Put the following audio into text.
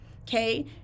okay